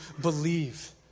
believe